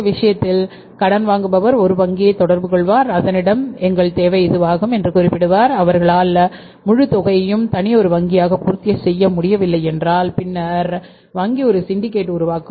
இந்த விஷயத்தில் கடன் வாங்குபவர் ஒரு வங்கியைத் தொடர்புகொள்வார் அதனிடம் எங்கள் தேவை இதுவாகும் என்று குறிப்பிடுவார் அவர்களால் முழு தொகையையும் தனி ஒரு வங்கியாக பூர்த்தி செய்ய முடியவில்லை என்றால் பின்னர் வங்கி ஒரு சிண்டிகேட் உருவாக்கும்